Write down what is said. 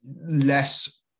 less